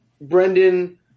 Brendan